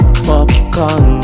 popcorn